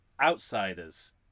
outsiders